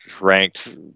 ranked